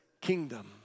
kingdom